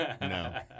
No